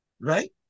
Right